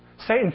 Satan